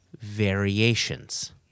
variations